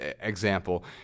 example